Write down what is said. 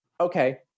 okay